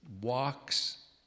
walks